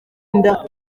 inda